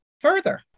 further